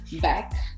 back